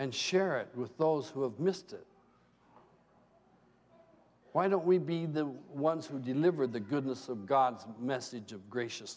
and share it with those who have missed it why don't we be the ones who deliver the goodness of god's message of gracious